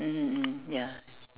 mmhmm mm ya